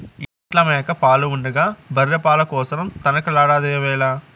ఇంట్ల మేక పాలు ఉండగా బర్రె పాల కోసరం తనకలాడెదవేల